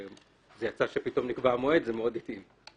זה יצא שפתאום נקבע מועד וזה מאוד התאים.